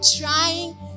trying